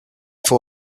for